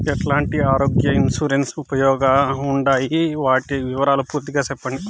ఎట్లాంటి ఆరోగ్య ఇన్సూరెన్సు ఉపయోగం గా ఉండాయి వాటి వివరాలు పూర్తిగా సెప్పండి?